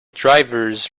drivers